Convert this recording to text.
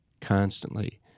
constantly